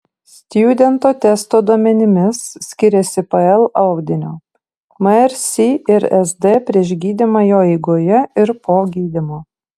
stjudento testo duomenimis skiriasi pl audinio mr si ir sd prieš gydymą jo eigoje ir po gydymo